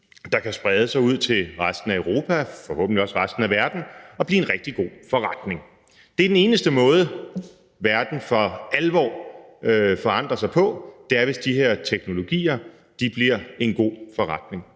der kan sprede sig ud til resten af Europa, forhåbentlig også resten af verden, og blive en rigtig god forretning. Det er den eneste måde, verden for alvor forandrer sig på; det er, hvis de her teknologier bliver en god forretning.